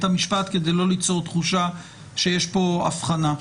המשפט כדי לא ליצור תחושה שיש כאן הבחנה.